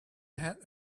had